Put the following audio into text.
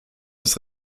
das